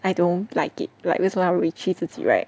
I don't like it like 为什么要委屈自己 right